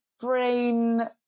brain